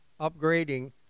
upgrading